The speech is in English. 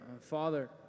Father